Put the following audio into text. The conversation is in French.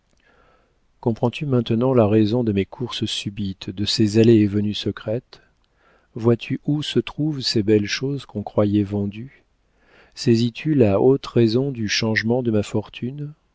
paiement comprends-tu maintenant la raison de mes courses subites de ces allées et venues secrètes vois-tu où se trouvent ces belles choses qu'on croyait vendues saisis tu la haute raison du changement de ma fortune